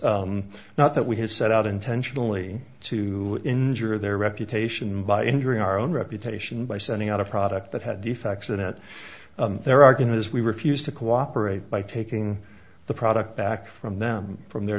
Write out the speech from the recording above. not that we have set out intentionally to injure their reputation by injuring our own reputation by sending out a product that had the facts in it their argument is we refused to cooperate by taking the product back from them from the